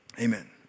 Amen